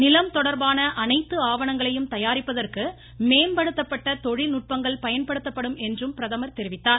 நிலம் தொடர்பான அனைத்து ஆவணங்களையும் தயாரிப்பதற்கு மேம்படுத்தப்பட்ட தொழில் நுட்பங்கள் பயன்படுத்தப்படும் என்றும் பிரதமர் தெரிவித்தார்